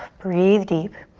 breathe deep.